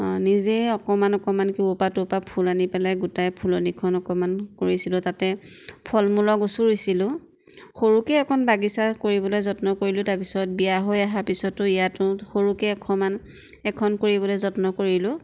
নিজেই অকণমান অকণমানকৈ অ'ৰপৰা ত'ৰপৰা ফুল আনি পেলাই গোটাই ফুলনিখন অকণমান কৰিছিলোঁ তাতে ফলমূলৰ গছো ৰুইছিলোঁ সৰুকৈ এখন বাগিচা কৰিবলৈ যত্ন কৰিলোঁ তাৰপিছত বিয়া হৈ অহাৰ পিছতো ইয়াতো সৰুকৈ এশমান এখন কৰিবলৈ যত্ন কৰিলোঁ